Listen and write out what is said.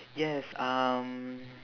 yes um